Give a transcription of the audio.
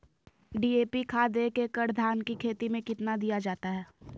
DAP खाद एक एकड़ धान की खेती में कितना दीया जाता है?